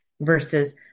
versus